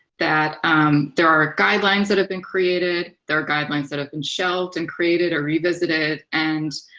that um there are guidelines that have been created. there are guidelines that have been shelved and created or revisited. and